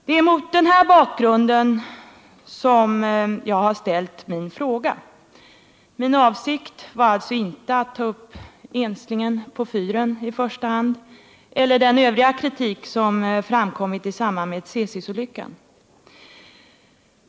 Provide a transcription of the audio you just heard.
Det är mot den här bakgrunden som jag har ställt min fråga. Min avsikt var alltså inte att ta upp enslingen på fyren i första hand eller den övriga kritik som framkommit i samband med Tsesisolyckan.